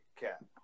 cap